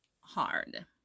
hard